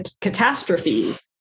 catastrophes